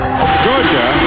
georgia